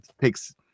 takes